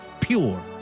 pure